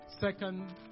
second